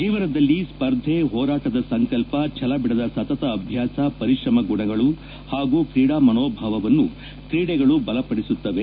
ಜೀವನದಲ್ಲಿ ಸ್ವರ್ಧೆ ಹೋರಾಟದ ಸಂಕಲ್ಪ ಛಲಬಿಡದ ಸತತ ಅಭ್ಯಾಸ ಪರಿಶ್ರಮ ಗುಣಗಳ ಹಾಗೂ ಕ್ರೀಡಾ ಮನೋಭಾವವನ್ನು ಕ್ರೀಡೆಗಳು ಬಲಪದಿಸುತ್ತವೆ